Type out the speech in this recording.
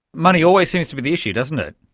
money always seems to be the issue, doesn't it.